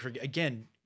Again